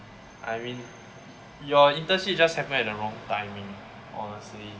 I mean your internship just happen at the wrong timing honestly